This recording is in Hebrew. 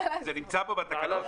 זה נמצא פה בתקנות?